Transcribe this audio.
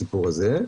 בסיפור הזה.